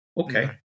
okay